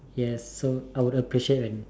yes so I would appreciate when